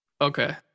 Okay